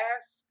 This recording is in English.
Ask